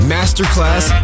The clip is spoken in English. Masterclass